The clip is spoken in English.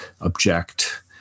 object